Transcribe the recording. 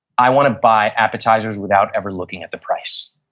i want to buy appetizers without ever looking at the price.